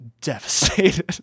devastated